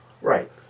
Right